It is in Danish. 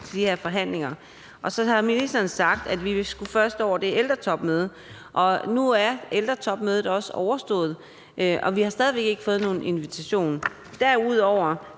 til de her forhandlinger. Og så har ministeren sagt, at vi først skulle over det ældretopmøde, og nu er ældretopmødet overstået, og vi har stadig væk ikke fået nogen invitation. Derudover